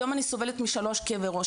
היום אני סובלת משלושה כאבי ראש.